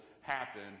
happen